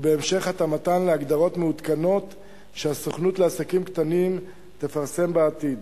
ובהמשך התאמתן להגדרות מעודכנות שהסוכנות לעסקים קטנים תפרסם בעתיד,